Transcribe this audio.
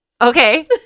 Okay